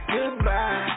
Goodbye